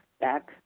back